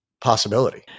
possibility